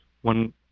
one